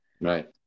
Right